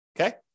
Okay